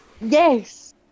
Yes